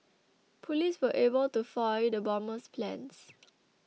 police were able to foil the bomber's plans